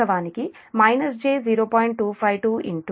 252 0